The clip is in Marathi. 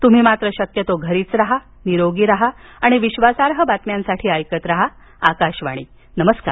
तुम्ही मात्र शक्यतो घरीच राहा निरोगी राहा आणि विश्वासार्ह बातम्यांसाठी ऐकत राहा आकाशवाणी नमस्कार